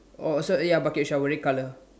oh also ya bucket shovel red colour